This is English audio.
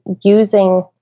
using